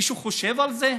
מישהו חושב על זה?